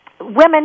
women